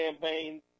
campaigns